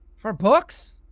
for. books?